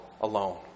alone